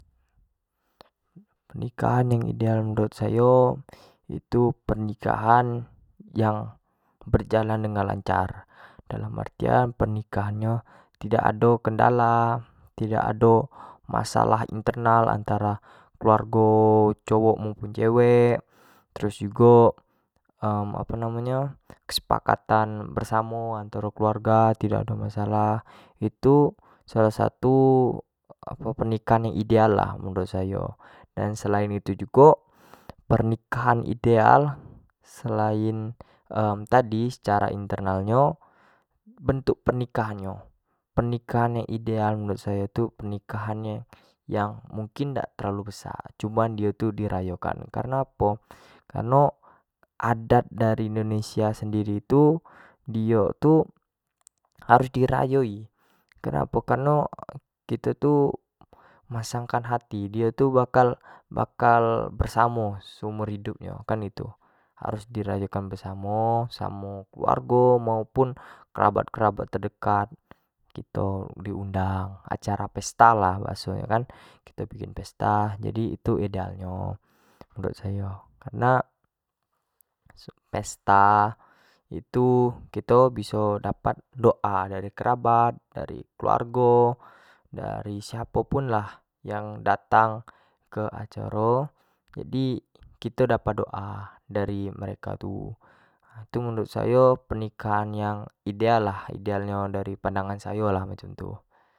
pernikahan yang ideal menurut sayo itu pernikahan yang berjalan dengan lancar, dalam artian pernikahan nyo dak ado kendala. tidak do masalah internal antaro keluargo cowok maupun cewek, terus jugo apo namo nyo kesepakatan bersamo antar kelaurga dak do masalah, itu salah satu pernikahan yang ideal lah menurut sayo, dan selain itu jugo pernikahan ideal selain tadi secara interanal nyo bentuk pernikahan nyo, pernikahan ideal yang menurut sayo tu mungkin dio tu dak terlalu besak, cuman dio di rayo kan, kareno apo, kareno adat dari indonesia sendiri itu dio tu harus di rayo i, kareno apo kareno kito tu masang kan hati, dio tu bakal-bakal bersamo se umur hidup nyo kan harus di rayo kan bersamo- samo keluargo maupun kerabatan- kerabat dekat kito di undang, acara pesta lah bahaso nyo kan, kito bikin pesta jadi itu ideal nyo kalau menurut sayo, karena pesta, itu kito bisa dapat doa dari kerabat, dari keluargo, dari siapa pun lah yang dating ke acaro jadi kito dapat doa dari mereka tu, itu menurut sayo pernikahan yang ideal lah, ideal nyo dari pandangan sayo macam tu.